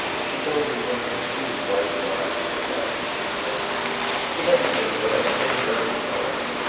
she told him one of the few white lies of her life when she said he hasn't been well. he'll be over to-morrow.